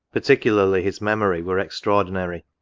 particularly his memory, were extraordinary.